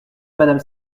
madame